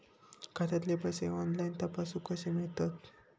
खात्यातले पैसे ऑनलाइन तपासुक कशे मेलतत?